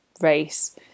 race